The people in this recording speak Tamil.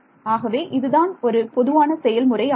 ஆகவே இதுதான் ஒரு பொதுவான செயல்முறை ஆகும்